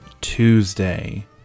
Tuesday